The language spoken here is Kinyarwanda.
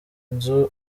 nzu